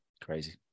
crazy